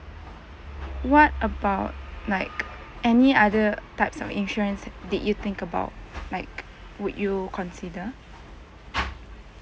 what about like any other types of insurance did you think about like would you consider